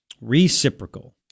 Reciprocal